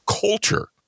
culture